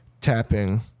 tapping